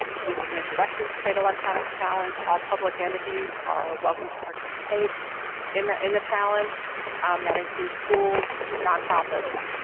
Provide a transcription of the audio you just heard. which is an introduction of the state electronics challenge, all public entities are welcome to participate in the in the challenge and um that includes schools, nonprofits,